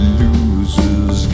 loses